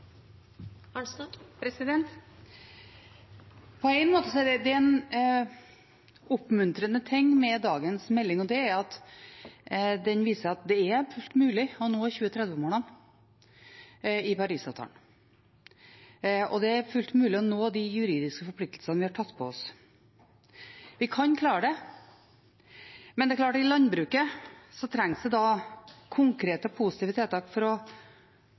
det noe oppmuntrende med dagens melding, og det er at den viser at det er fullt mulig å nå 2030-målene i Parisavtalen. Det er fullt mulig å nå de juridiske forpliktelsene vi har tatt på oss. Vi kan klare det, men det er klart at i landbruket trengs det konkrete positive tiltak for